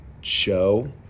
show